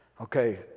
Okay